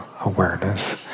awareness